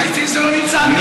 בתקציב זה לא נמצא.